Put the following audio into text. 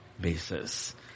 basis